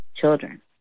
children